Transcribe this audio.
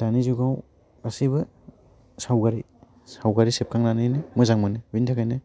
दानि जुगाव गासिबो सावगारि सावगारि सेबखांनानोनै मोजां मोनो बेनि थाखाइनो